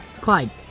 Clyde